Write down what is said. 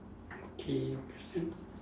okay your question